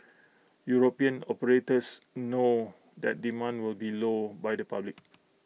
european operators know that demand will be low by the public